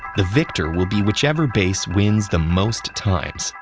the victor will be whichever base wins the most times.